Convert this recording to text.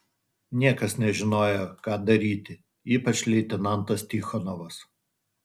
niekas nežinojo ką daryti ypač leitenantas tichonovas